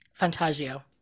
Fantagio